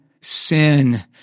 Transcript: sin